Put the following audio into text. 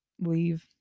leave